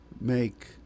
make